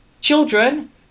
children